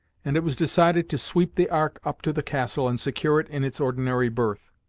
and it was decided to sweep the ark up to the castle, and secure it in its ordinary berth.